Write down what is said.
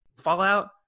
fallout